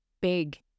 big